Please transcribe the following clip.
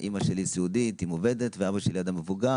אימא שלי סיעודית עם עובדת, ואבא שלי אדם מבוגר,